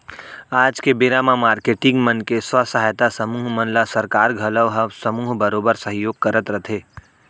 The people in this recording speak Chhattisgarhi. आज के बेरा म मारकेटिंग मन के स्व सहायता समूह मन ल सरकार घलौ ह समूह बरोबर सहयोग करत रथे